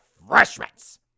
refreshments